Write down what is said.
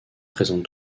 présente